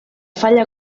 falla